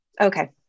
Okay